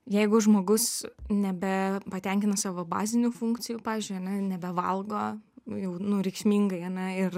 jeigu žmogus nebepatenkina savo bazinių funkcijų pavyzdžiui ane nebevalgo nu jau nu reikšmingai ane ir